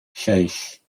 lleill